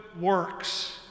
works